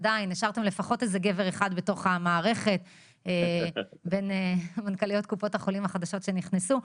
עדיין השארתם איזה גבר אחד במערכת בין כל המנכ"ליות החדשות שנכנסו.